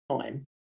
time